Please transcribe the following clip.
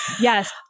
Yes